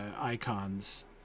icons